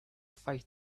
fight